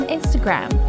Instagram